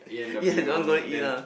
yes I want to go and eat lah